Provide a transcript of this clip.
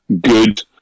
good